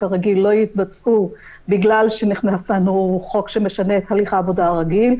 כרגיל לא יתבצעו בגלל שנכנס לנו חוק שמשנה את הליך העבודה הרגיל,